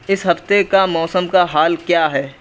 اس ہفتے کا موسم کا حال کیا ہے